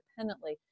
independently